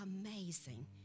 Amazing